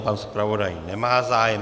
Pan zpravodaj nemá zájem.